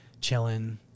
chilling